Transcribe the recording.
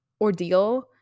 ordeal